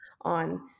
on